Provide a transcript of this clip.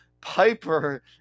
Piper